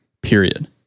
period